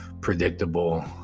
predictable